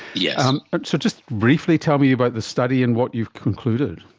yeah um so just briefly tell me about this study and what you've concluded?